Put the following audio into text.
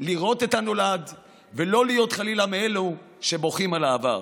לראות את הנולד ולא להיות חלילה מאלו שבוכים על העבר.